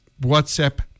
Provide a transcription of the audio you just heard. WhatsApp